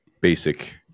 basic